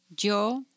Yo